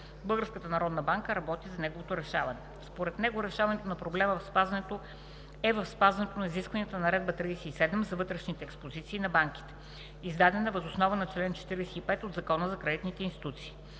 Българската народна банка работи за неговото решаване. Според него решаването на проблема е в спазването на изискванията на Наредба № 37 за вътрешните експозиции на банките, издадена въз основа на чл. 45 от Закона за кредитните институции.